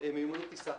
מיומנות טיסה.